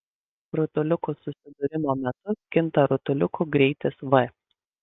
rutuliukų susidūrimo metu kinta rutuliukų greitis v